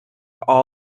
all